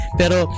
pero